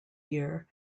year